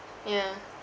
ya